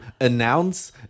announce